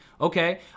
Okay